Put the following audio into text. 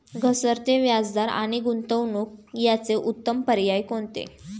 घसरते व्याजदर आणि गुंतवणूक याचे उत्तम पर्याय कोणते?